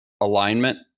alignment